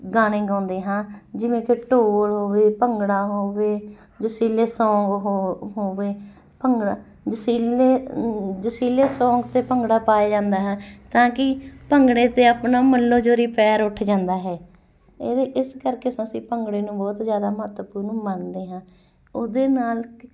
ਗਾਣੇ ਗਾਉਂਦੇ ਹਾਂ ਜਿਵੇਂ ਕਿ ਢੋਲ ਹੋਵੇ ਭੰਗੜਾ ਹੋਵੇ ਜੋਸ਼ੀਲੇ ਸੌਗ ਹੋ ਹੋਵੇ ਭੰਗੜਾ ਜੋਸ਼ੀਲੇ ਜੋਸ਼ੀਲੇ ਸੌਂਗ 'ਤੇ ਭੰਗੜਾ ਪਾਇਆ ਜਾਂਦਾ ਹੈ ਤਾਂ ਕਿ ਭੰਗੜੇ 'ਤੇ ਆਪਣਾ ਮੱਲੋ ਜੋਰੀ ਪੈਰ ਉੱਠ ਜਾਂਦਾ ਹੈ ਇਹਦੇ ਇਸ ਕਰਕੇ ਅਸੀਂ ਭੰਗੜੇ ਨੂੰ ਬਹੁਤ ਜ਼ਿਆਦਾ ਮਹੱਤਵਪੂਰਨ ਮੰਨਦੇ ਹਾਂ ਉਹਦੇ ਨਾਲ ਕਿ